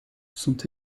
sont